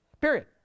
Period